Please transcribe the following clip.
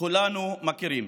כולנו מכירים